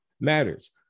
matters